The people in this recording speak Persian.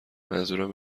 منظورم